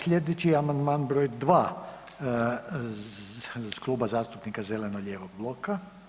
Po, sljedeći amandman br. 2 Kluba zastupnika zeleno-lijevog bloka.